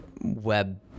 web